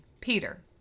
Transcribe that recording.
Peter